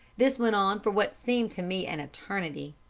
this went on for what seemed to me an eternity.